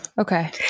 Okay